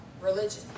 religion